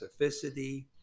specificity